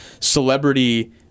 celebrity